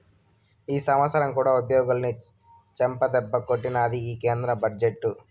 ఈ సంవత్సరం కూడా ఉద్యోగులని చెంపదెబ్బే కొట్టినాది ఈ కేంద్ర బడ్జెట్టు